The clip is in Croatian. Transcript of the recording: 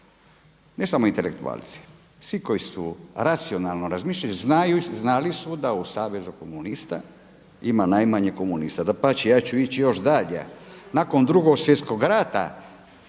ne samo intelektualci. Svi koji su racionalno razmišljali znali su da u Savezu komunista ima najmanje komunista. Dapače, ja ću ići još dalje. Nakon Drugog svjetskog rata